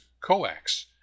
coax